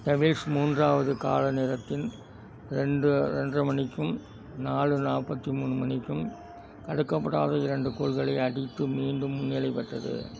devil's மூன்றாவது காலநேரத்தின் ரெண்டு ரெண்டரை மணிக்கும் நாலு நாற்பத்து மூணு மணிக்கும் தடுக்கப்படாத இரண்டு கோல்களை அடித்து மீண்டும் முன்னிலைப் பெற்றது